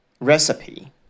recipe